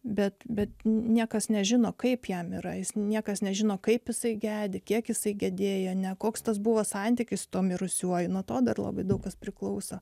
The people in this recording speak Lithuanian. bet bet niekas nežino kaip jam yra niekas nežino kaip jisai gedi kiek jisai gedėjo ne koks tas buvo santykis tuo mirusiuoju nuo to dar labai daug kas priklauso